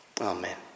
Amen